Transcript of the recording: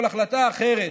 כל החלטה אחרת